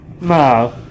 No